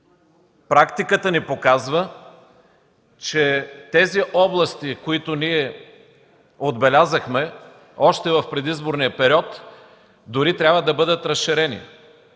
Практиката ни показва, че тези области, които ние отбелязахме още в предизборния период, дори трябва да бъдат разширени.